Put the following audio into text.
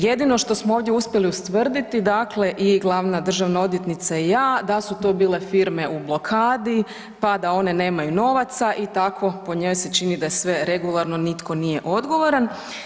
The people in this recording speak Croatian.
Jedino što smo ovdje uspjeli ustvrditi dakle i glavna državna odvjetnica i ja da su to bile firme u blokadi, pa da one nemaju novaca i tako po njoj se čini da je sve regularno nitko nije odgovoran.